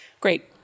great